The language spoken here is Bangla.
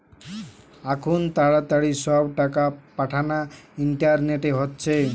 আখুন তাড়াতাড়ি সব টাকা পাঠানা ইন্টারনেটে হচ্ছে